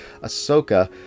Ahsoka